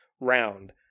round